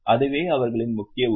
அதுவே அவர்களின் முக்கிய உரிமை